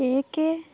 ଏକ